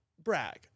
brag